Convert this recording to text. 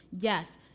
yes